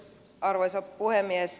arvoisa puhemies